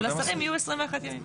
ולשרים יהיו 21 ימים.